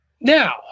Now